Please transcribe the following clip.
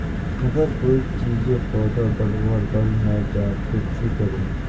अगर कोई चीजेर पौधा बढ़वार बन है जहा ते की करूम?